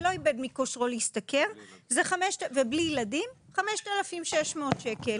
לא איבד מכושרו להשתכר וללא ילדים זה 5,600 ₪.